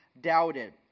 doubted